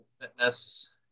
fitness